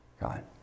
God